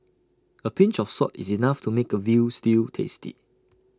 A pinch of salt is enough to make A Veal Stew tasty